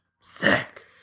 sick